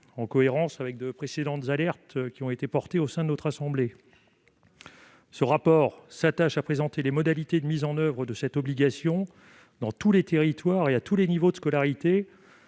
Il s'agit de répondre aux alertes qui ont été précédemment portées au sein de notre assemblée. Ce rapport s'attacherait à présenter les modalités de mise en oeuvre de cette obligation, dans tous les territoires et à tous les niveaux de scolarité,